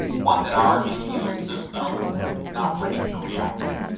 one that our immune system is not ready to react to.